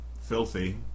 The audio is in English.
Filthy